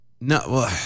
No